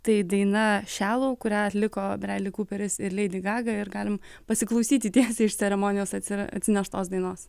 tai daina šialou kurią atliko breli kuperis ir leidi gaga ir galim pasiklausyti tiesiai iš ceremonijos atsira atsineštos dainos